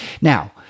Now